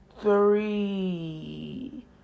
three